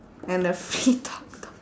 and the free talk talk